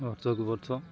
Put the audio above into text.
ବର୍ଷ କୁୁ ବର୍ଷ